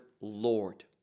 Lord